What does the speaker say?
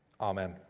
Amen